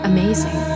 Amazing